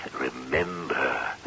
remember